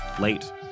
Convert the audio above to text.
Late